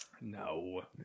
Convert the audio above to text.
No